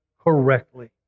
correctly